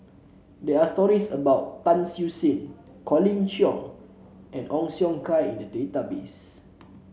there are stories about Tan Siew Sin Colin Cheong and Ong Siong Kai in the database